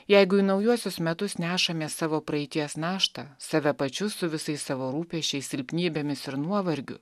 jeigu į naujuosius metus nešamės savo praeities naštą save pačius su visais savo rūpesčiais silpnybėmis ir nuovargiu